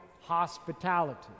hospitality